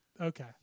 Okay